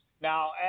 Now